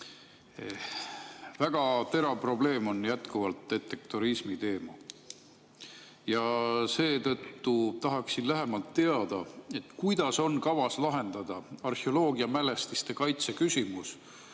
Väga terav probleem on jätkuvalt detektorismiteema. Seetõttu tahaksin lähemalt teada, kuidas on kavas lahendada arheoloogiamälestiste kaitse küsimus